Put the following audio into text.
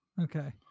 Okay